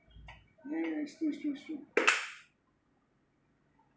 yeah yeah it's true it's true it's true